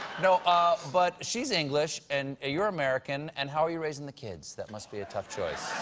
no, ah but she's english and you're american and how are you raising the kids? that must be a tough choice.